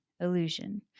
illusion